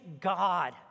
God